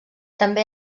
també